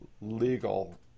legal